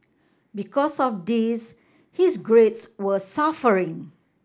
because of this his grades were suffering